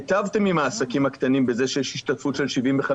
הטבתם עם העסקים הקטנים בזה שיש השתתפות של 75%,